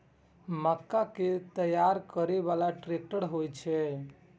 मक्का कै तैयार करै बाला ट्रेक्टर होय छै?